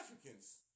Africans